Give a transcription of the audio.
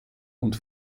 und